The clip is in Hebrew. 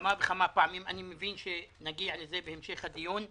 כמה וכמה פעמים, אני מבין שנגיע לזה בהמשך הדיון.